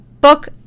book